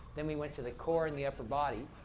then we went to the core and the upper body.